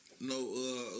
no